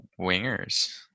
wingers